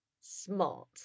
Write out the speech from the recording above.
smart